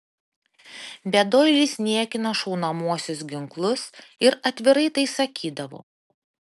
bet doilis niekino šaunamuosius ginklus ir atvirai tai sakydavo